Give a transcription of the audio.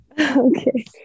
Okay